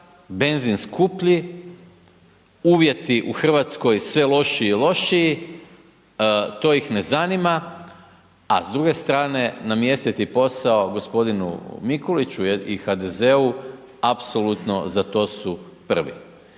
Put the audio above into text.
benzin skuplji, uvjeti u Hrvatskoj sve lošiji i lošiji, to ih ne zanima, a s druge strane, namjestiti posao g. Mikuliću i HDZ-u, apsolutno za to su prvi.